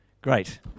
Great